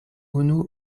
unu